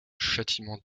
châtiment